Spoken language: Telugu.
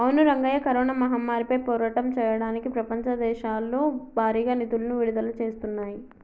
అవును రంగయ్య కరోనా మహమ్మారిపై పోరాటం చేయడానికి ప్రపంచ దేశాలు భారీగా నిధులను విడుదల చేస్తున్నాయి